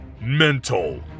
Mental